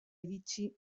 iritsi